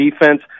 defense